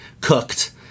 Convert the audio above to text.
cooked